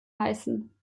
heißen